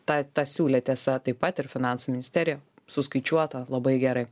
tą tą siūlė tiesa taip pat ir finansų ministerija suskaičiuota labai gerai